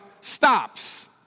stops